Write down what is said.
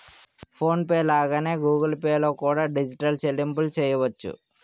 phone pay లాగానే Google Pay లో కూడా డిజిటల్ చెల్లింపులు చెయ్యొచ్చు